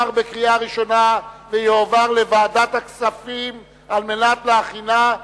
לוועדת הכספים נתקבלה.